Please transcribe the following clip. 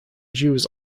jews